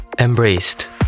Embraced